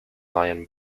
lion